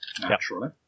Naturally